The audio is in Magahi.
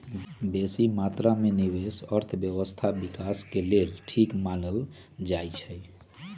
बेशी मत्रा में निवेश अर्थव्यवस्था विकास के लेल ठीक मानल जाइ छइ